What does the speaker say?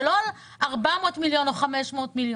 ולא על 400 מיליון או על 500 מיליון,